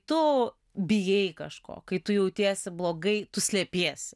tu bijai kažko kai tu jautiesi blogai tu slepiesi